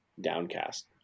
downcast